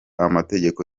amategeko